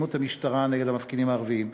"אלימות המשטרה נגד המפגינים הערבים".